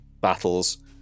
battles